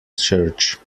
church